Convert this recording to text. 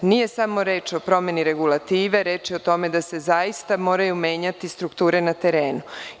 Nije samo reč o promeni regulative, reč je o tome da se zaista moraju menjati strukture na terenu.